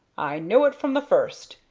i knew it from the first,